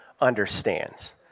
understands